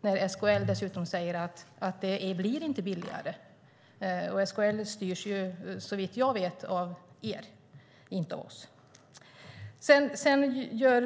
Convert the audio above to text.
när SKL dessutom säger att den inte har blivit billigare? SKL styrs såvitt jag vet av er och inte av oss.